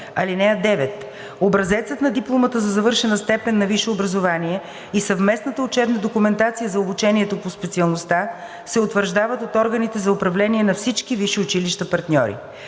(9) Образецът на дипломата за завършена степен на висше образование и съвместната учебна документация за обучението по специалността се утвърждават от органите за управление на всички висши училища партньори.